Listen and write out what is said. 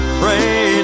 pray